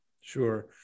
Sure